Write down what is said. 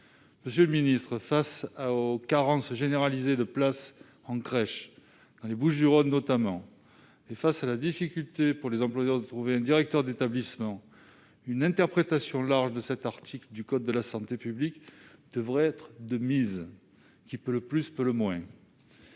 Monsieur le secrétaire d'État, face aux carences généralisées de places en crèche, dans les Bouches-du-Rhône notamment, et face à la difficulté pour les employeurs de trouver un directeur d'établissement, une interprétation large de cet article du code de la santé publique devrait être de mise. Qui peut le plus peut le moins